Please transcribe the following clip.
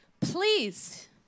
Please